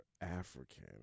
African